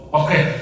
okay